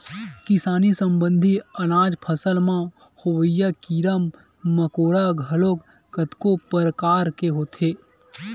किसानी संबंधित अनाज फसल म होवइया कीरा मकोरा घलोक कतको परकार के होथे